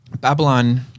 Babylon